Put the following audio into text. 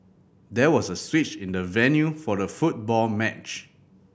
there was a switch in the venue for the football match